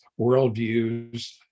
worldviews